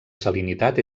salinitat